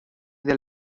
del